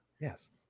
yes